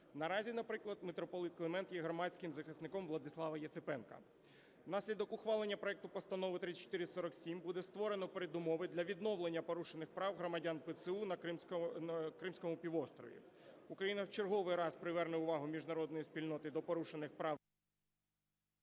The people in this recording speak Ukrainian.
Наразі, наприклад, митрополит Климент є громадським захисником Владислава Єсипенка. Внаслідок ухвалення проекту Постанову 3447 буде створено передумови для відновлення порушених прав громадян ПЦУ на Кримському півострові. Україна в черговий раз приверне увагу міжнародної спільноти до порушених прав...